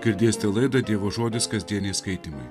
girdėsite laidą dievo žodis kasdieniai skaitymai